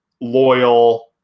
loyal